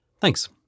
Thanks